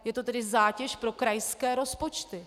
Je to tedy zátěž pro krajské rozpočty.